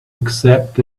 accept